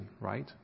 right